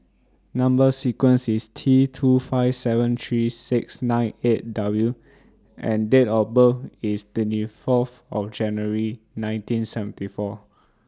Number sequence IS T two five seven three six nine eight W and Date of birth IS twenty Fourth of January nineteen seventy four